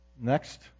Next